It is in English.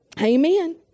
Amen